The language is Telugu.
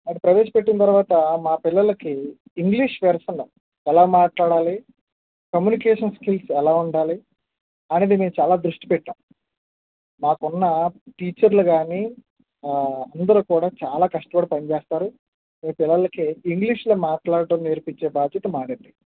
అది ప్రవేశపెట్టిన తర్వాత మా పిల్లలకి ఇంగ్లీష్ పెడుతున్నాం ఎలా మాట్లాడాలి కమ్యూనికేషన్ స్కిల్స్ ఎలా ఉండాలి అనేది మేము చాలా దృష్టి పెట్టాం మాకు ఉన్న టీచర్లు కానీ అందరూ కూడా చాలా కష్టపడి పని చేస్తారు మీ పిల్లలకి ఇంగ్లీష్ లో మాట్లాడటం నేర్పించే బాధ్యత మాదండి